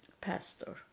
pastor